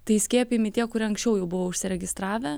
tai skiepijami tie kurie anksčiau jau buvo užsiregistravę